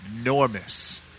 enormous